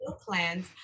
plans